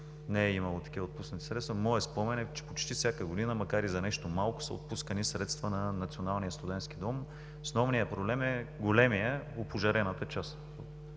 не е имало такива отпуснати средства. Моят спомен е, че почти всяка година, макар и за нещо малко, са отпускани средства на Националния студентски дом. Основният, големият проблем е опожарената част.